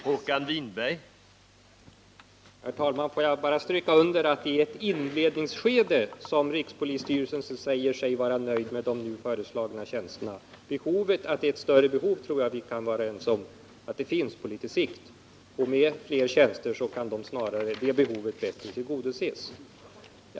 Herr talman! Låt mig bara stryka under att rikspolisstyrelsen endast säger sig i ett inledningsskede vara nöjd med de nu föreslagna tjänsterna. Behovet av tjänster är större på litet längre sikt, och det tror jag att vi kan vara ense om.